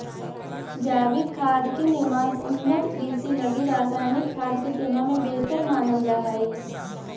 जैविक खाद के निर्माण उन्नत कृषि लगी रासायनिक खाद के तुलना में बेहतर मानल जा हइ